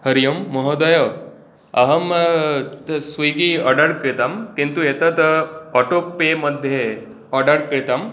हरि ओम् महोदय अहं स्विगी आर्डर् कृतं किन्तु एतद् आटो पे मध्ये आर्डर् कृतं